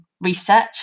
research